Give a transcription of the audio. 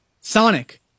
Sonic